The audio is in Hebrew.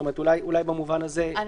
אנחנו